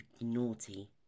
naughty